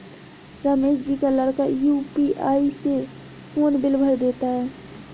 रमेश जी का लड़का यू.पी.आई से फोन बिल भर देता है